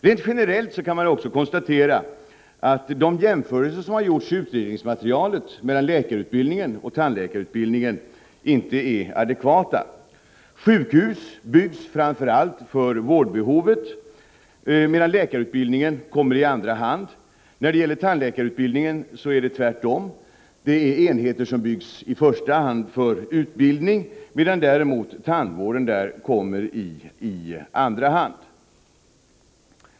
Rent generellt kan man säga att de jämförelser som gjorts i utredningsmaterialet mellan läkarutbildningen och tandläkarutbildningen inte är adekvata. Sjukhus byggs framför allt för vårdbehov, medan läkarutbildningen kommer i andra hand. När det gäller tandläkarutbildningen är det tvärtom. Det är enheter som i första hand byggs för utbildning, medan tandvården där kommer i andra hand.